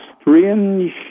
strange